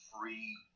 free